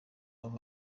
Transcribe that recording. ava